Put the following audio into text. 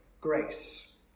grace